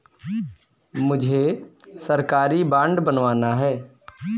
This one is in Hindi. मुझे सरकारी बॉन्ड बनवाना है